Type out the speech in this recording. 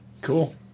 Cool